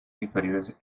inferiores